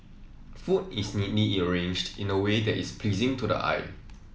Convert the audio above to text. food is neatly arranged in a way that is pleasing to the eye